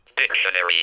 Dictionary